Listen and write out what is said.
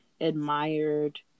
admired